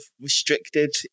restricted